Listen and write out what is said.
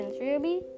Ruby